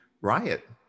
riot